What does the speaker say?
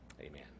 amen